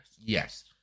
Yes